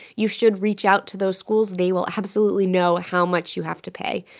you should reach out to those schools. they will absolutely know how much you have to pay.